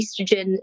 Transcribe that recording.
estrogen